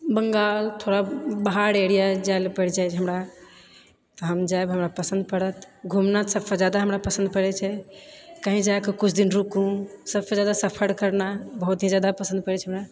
बंगाल थोड़ा बाहर एरिया जायले पड़ि जाइत छै हमरा हम जायब हमरा पसन्द पड़त घूमना सबसँ जादा हमरा पसन्द पड़य छै कहीं जाएके किछु दिन रुकु सबसँ जादा सफर करना बहुत ही जादा पसन्द पड़ैछे हमरा